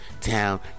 Town